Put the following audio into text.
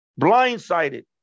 blindsided